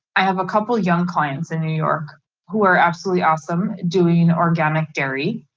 i have a couple young clients in new york who are absolutely awesome doing organic dairy.